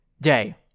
day